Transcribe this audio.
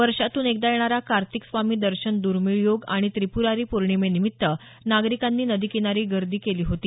वर्षातून एकदा येणारा कार्तिक स्वामी दर्शन दुर्मिळ योग आणि त्रिप्रारी पौर्णिमेनिमित्त नागरिकांनी नदीकीनारी गर्दी केली होती